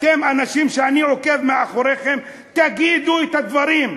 אתם אנשים שאני עוקב אחריהם: תגידו את הדברים.